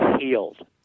healed